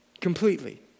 Completely